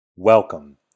Welcome